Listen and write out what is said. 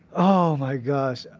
oh my gosh.